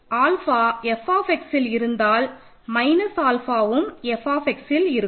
alpha Fxல் இருந்தால் minus ஆல்ஃபாஉம் Fxல் இருக்கும்